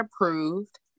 approved